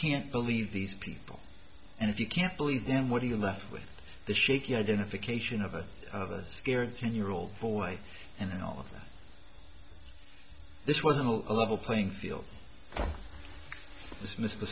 can't believe these people and if you can't believe them what are you left with the shaky identification of of of us scared ten year old boy and then all of this was an a level playing field dismissed the